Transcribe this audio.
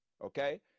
okay